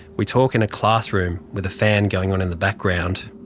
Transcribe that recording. we talk in a classroom with a fan going on in the background.